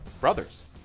Brothers